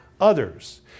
others